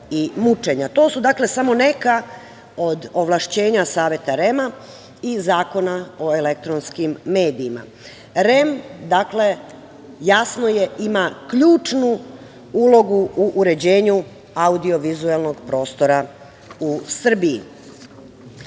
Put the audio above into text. su dakle, samo neka od ovlašćenja Saveta REM i Zakona o elektronskim medijima. Jasno je da REM ima ključnu ulogu u uređenju audio-vizuelnog prostora u Srbiji. Kada